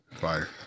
Fire